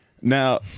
now